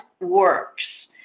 works